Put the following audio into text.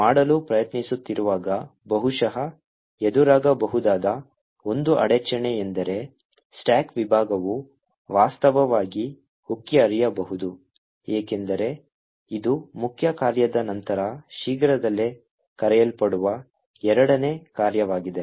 ಮಾಡಲು ಪ್ರಯತ್ನಿಸುತ್ತಿರುವಾಗ ಬಹುಶಃ ಎದುರಾಗಬಹುದಾದ ಒಂದು ಅಡಚಣೆಯೆಂದರೆ ಸ್ಟಾಕ್ ವಿಭಾಗವು ವಾಸ್ತವವಾಗಿ ಉಕ್ಕಿ ಹರಿಯಬಹುದು ಏಕೆಂದರೆ ಇದು ಮುಖ್ಯ ಕಾರ್ಯದ ನಂತರ ಶೀಘ್ರದಲ್ಲೇ ಕರೆಯಲ್ಪಡುವ ಎರಡನೇ ಕಾರ್ಯವಾಗಿದೆ